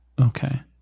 Okay